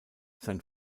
sein